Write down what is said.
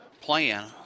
plan